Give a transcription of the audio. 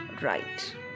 right